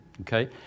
Okay